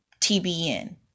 TBN